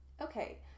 okay